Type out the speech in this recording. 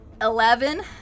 Eleven